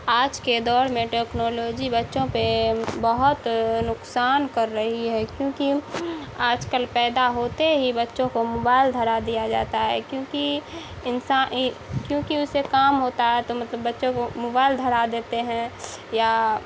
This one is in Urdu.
آج کے دور میں ٹیکنالوجی بچوں پہ بہت نقصان کر رہی ہے کیونکہ آج کل پیدا ہوتے ہی بچوں کو موبائل دھرا دیا جاتا ہے کیونکہ کیونکہ اسے کام ہوتا ہے تو مطلب بچوں کو موبائل دھرا دیتے ہیں یا